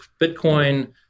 Bitcoin